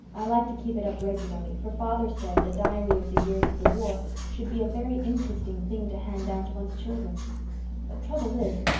i like to keep it up regularly, for father says a diary of the years of the war should be a very interesting thing to hand down to one's children. the ah trouble is,